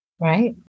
Right